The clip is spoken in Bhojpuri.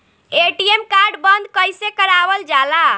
ए.टी.एम कार्ड बन्द कईसे करावल जाला?